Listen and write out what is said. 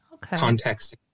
context